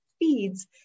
feeds